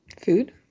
Food